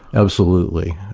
absolutely.